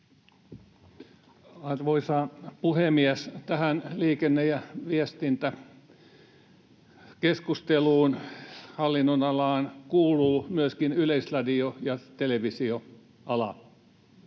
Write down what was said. Arvoisa puhemies! Tähän liikenne‑ ja viestintäkeskusteluun, hallinnonalaan, kuuluvat myöskin Yleisradio ja televisioala.